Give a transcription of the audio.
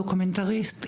דקומנטריסט,